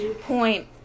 Point